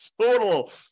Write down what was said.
total